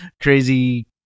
crazy